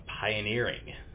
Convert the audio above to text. pioneering